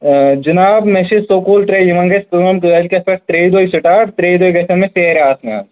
حِناب مےٚ چھِ سکوٗل ترٛےٚ یِمن گژھِ کٲم کٲلۍکیٚتھ پیٚٹھ ترٛےٚ دۄہہِ سِٹاٹ ترٛیٚیہِ دۄہۍ گژھَن مےٚ سیرِ آسنہِ